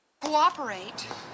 cooperate